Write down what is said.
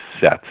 set